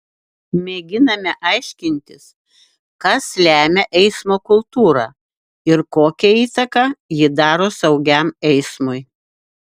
mėginame aiškintis kas lemia eismo kultūrą ir kokią įtaką ji daro saugiam eismui